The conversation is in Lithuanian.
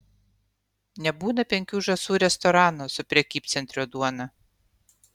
nebūna penkių žąsų restorano su prekybcentrio duona